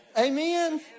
Amen